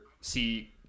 see